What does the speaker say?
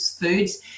foods